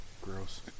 gross